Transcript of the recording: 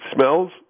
smells